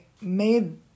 made